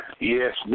yes